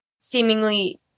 seemingly